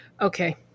Okay